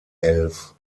elf